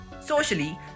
Socially